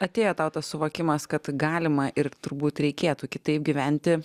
atėjo tau tas suvokimas kad galima ir turbūt reikėtų kitaip gyventi